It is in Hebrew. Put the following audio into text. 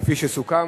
כפי שסוכם,